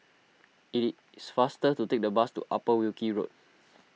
it is faster to take the bus to Upper Wilkie Road